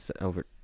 over